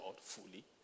fully